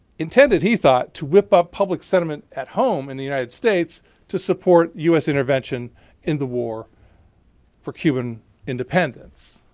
intended, he thought, to whip up public sentiment at home in the united states to support u s. intervention in the war for cuban independence.